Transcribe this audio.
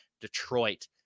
Detroit